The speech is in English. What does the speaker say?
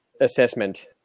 assessment